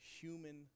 human